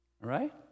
Right